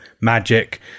magic